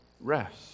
rest